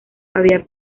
había